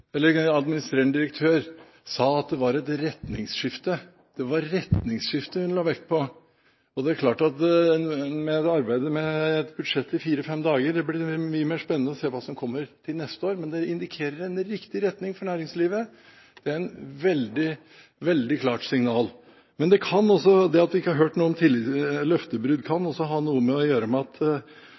var et retningsskifte. Det var retningsskifte hun la vekt på. Det er etter et arbeid med et budsjett i fire–fem dager – det blir mye mer spennende å se hva som kommer til neste år, men det indikerer en riktig retning for næringslivet. Det er et veldig klart signal. Men det at vi ikke har hørt noe om løftebrudd, kan også ha noe å gjøre med